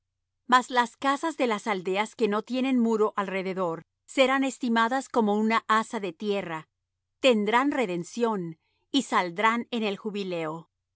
mas las casas de las aldeas que no tienen muro alrededor serán estimadas como una haza de tierra tendrán redención y saldrán en el jubileo